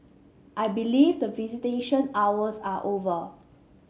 I believe the visitation hours are over